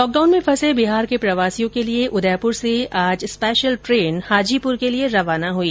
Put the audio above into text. lockdown में फंसे बिहार के प्रवासियों के लिए उदयपुर से आज स्पेशल ट्रेन हाजीपुर के लिए रवाना हुई